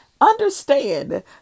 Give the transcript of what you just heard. Understand